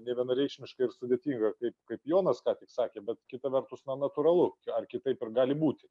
nevienareikšmiškai ir sudėtinga kaip kai jonas ką tik sakė bet kita vertus na natūralu ar kitaip ir gali būti